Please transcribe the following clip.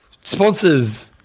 Sponsors